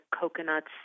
coconuts